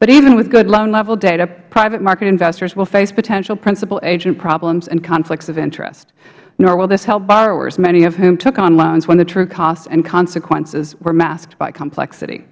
but even with good loan level data private market investors will face potential principal agent problems and conflicts of interest nor will this help borrowers many of whom took on loans when the true costs and consequences were masked by complexity